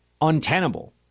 untenable